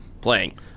playing